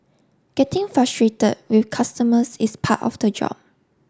getting frustrated with customers is part of the job